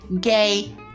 gay